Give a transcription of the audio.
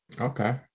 Okay